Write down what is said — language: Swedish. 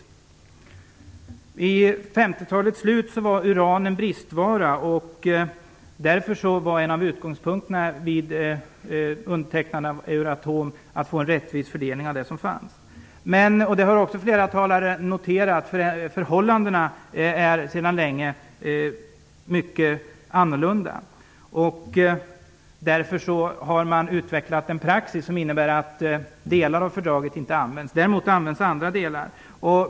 Vid 1950-talets slut var uran en bristvara, och därför var en av utgångspunkterna vid undertecknandet av Euratom att få en rättvis fördelning av det som fanns. Men, och det har också flera talare noterat, förhållandena är sedan länge mycket annorlunda. Därför har man utvecklat en praxis som innebär att delar av fördraget inte används. Däremot används andra delar.